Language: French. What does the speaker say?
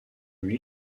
lui